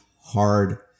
hard